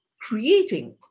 creating